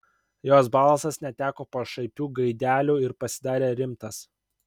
jos balsas neteko pašaipių gaidelių ir pasidarė rimtas